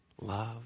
love